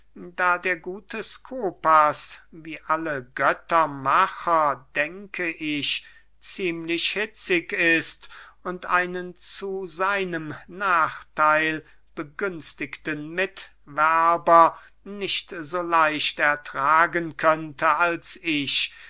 da der gute skopas wie alle göttermacher denke ich ziemlich hitzig ist und einen zu seinem nachtheil begünstigten mitwerber nicht so leicht ertragen könnte als ich